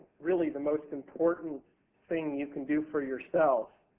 really, the most important thing you can do for yourself,